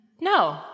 No